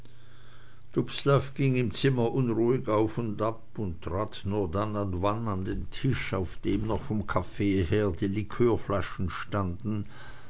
dubslav ging im zimmer unruhig auf und ab und trat nur dann und wann an den tisch heran auf dem noch vom kaffee her die liqueurflaschen standen